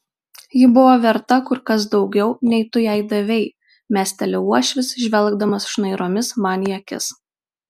ji buvo verta kur kas daugiau nei tu jai davei mesteli uošvis žvelgdamas šnairomis man į akis